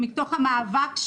מתוך המאבק,